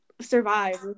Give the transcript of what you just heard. survive